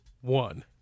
one